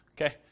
Okay